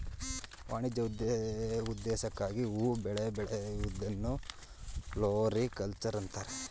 ವಾಣಿಜ್ಯ ಉದ್ದೇಶಕ್ಕಾಗಿ ಹೂ ಬೆಳೆ ಬೆಳೆಯೂದನ್ನು ಫ್ಲೋರಿಕಲ್ಚರ್ ಅಂತರೆ